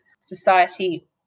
society